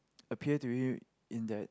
appear to you in that